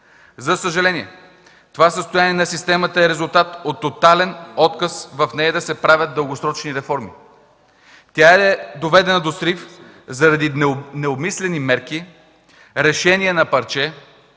За съжаление това състояние на системата е резултат от тотален отказ в нея да се правят дългосрочни реформи. Тя е доведена до срив заради необмислени мерки, решения на парче,